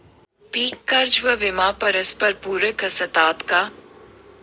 पीक कर्ज व विमा परस्परपूरक असतात का?